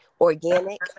organic